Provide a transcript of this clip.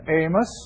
Amos